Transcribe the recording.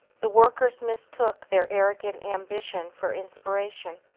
the workers mistook their arrogant ambition for inspiration.